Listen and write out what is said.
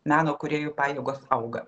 meno kūrėjų pajėgos auga